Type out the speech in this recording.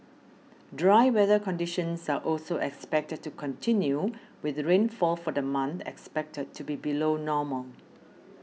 dry weather conditions are also expected to continue with rainfall for the month expected to be below normal